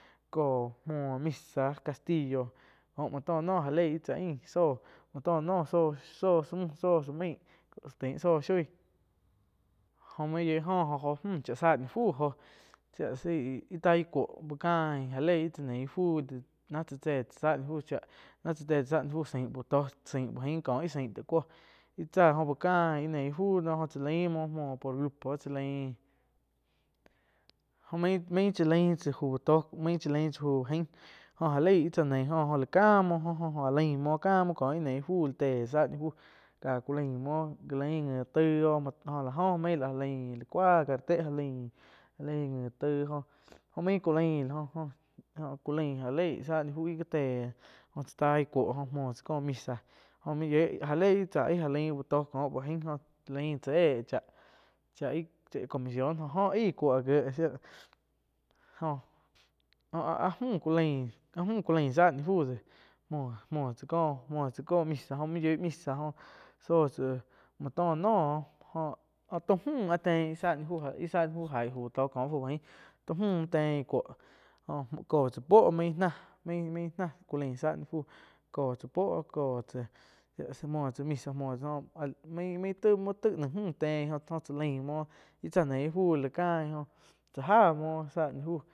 Kó muoh misa castillo jóh muo too noh ain cha ain zoh muo tó noh zóh sa main tain zóh shoi jó main yoi jo óh mü cha záh ni fuh shilaa zaih íh taaih cuoh úh cain ja lei óh tzá neí íh fu náh tzá te tsá záh ni fu, ná tsá te tsá za ni fu zain íh ain ko íh zain taig cuó, tsáh jo uh cain íh neih íh fu, joh chá lain muo mouh grupo chaa lain, jóh main-main chá lain fu bu tóh, main chá lain tsá fu bu ain jo já lei tsáa neih oh la ca muoh jo-jo áh laim muoh ca muo ih neih ih fu lo téh zá ni fuh cá ku laim muo ngi taig oh jó la oh main laig áh lain lá cua ka re té ja lain ngi taih jóh main culain jóh culaain áh lei záh ni fu íh téh, jo tsa tai cuo muoh tsá ko misa. Jo main yoih ja lei íh tsá ih ja lain uh tó ko uh ain oh cha lain tsá éh cháh ih comisión jo. Aih cuo áh jieh jo, áh-áh mü ku lain záh ni fu déh muoh-muoh tsá có misa óh main yoih misa jo zóh tsá muoh tó noh, jó taum mú áh tein záh ni fu ih zá ni fu aig fu bu tóh, fu bu aing. Tóh mü tein cuoh jó co tsá úo main-maim náh cu lain záh ni fu cosa puo co tsá, muo tsá misa muoh tsá áh main main taig naun müh tein jó cha laimm muoh íh tsá neih íh fu loh cháh ja muo záh ni fu.